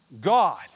God